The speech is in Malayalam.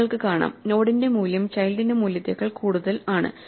നിങ്ങൾക്ക് കാണാം നോഡിന്റെ മൂല്യം ചൈൽഡിന്റെ മൂല്യത്തേക്കാൾ കൂടുതൽ ആണ്